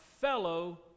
fellow